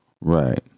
Right